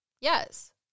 Yes